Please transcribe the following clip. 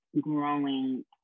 growing